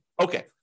Okay